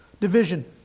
Division